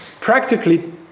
practically